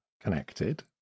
connected